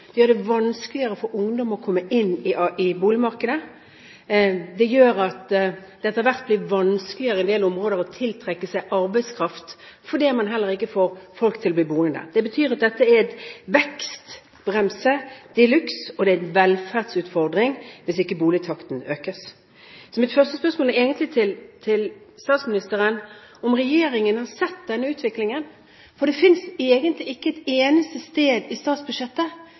Det gjør det vanskeligere for ungdom å komme inn på boligmarkedet. Det gjør at det etter hvert blir vanskelig i en del områder å tiltrekke seg arbeidskraft, fordi man ikke får folk til å bli boende der. Det betyr at dette er en vekstbrems de luxe, og det er en velferdsutfordring hvis ikke utbyggingstakten økes. Mitt første spørsmål til statsministeren er om regjeringen har sett denne utviklingen, for det er egentlig ikke nevnt et eneste sted i statsbudsjettet